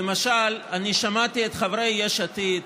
למשל, אני שמעתי את חברי יש עתיד